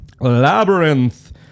Labyrinth